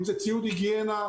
אם זה ציוד היגיינה,